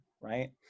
right